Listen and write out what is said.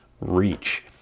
reach